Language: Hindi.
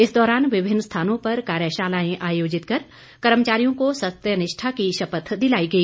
इस दौरान विभिन्न स्थानों पर कार्यशालाएं आयोजित कर कर्मचारियों को सत्यनिष्ठा की शपथ दिलाई गई